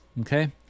Okay